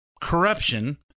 corruption